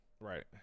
Right